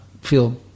feel